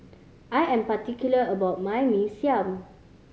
I am particular about my Mee Siam